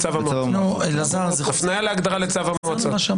הפניה להגדרה בצו המועצות.